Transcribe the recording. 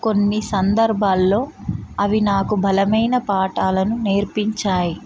కొన్ని సందర్భాలలో అవి నాకు బలమైన పాఠాలను నేర్పించాయి